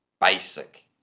basic